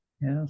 yes